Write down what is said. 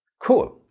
cool!